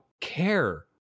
care